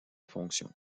fonction